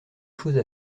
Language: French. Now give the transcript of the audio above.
choses